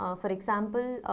um for example,